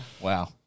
Wow